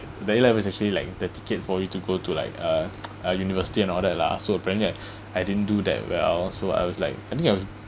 the A levels are actually like the ticket for you to go to like uh a university and all that lah so apparently that I didn't do that well so I was like I think I was